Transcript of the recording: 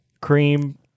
cream